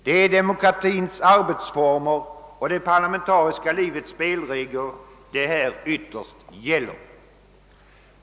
Det är demokratins arbetsformer och det parlamentariska livets spelregler som det ytterst gäller.